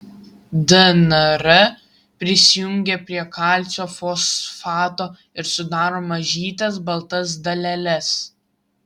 dnr prisijungia prie kalcio fosfato ir sudaro mažytes baltas daleles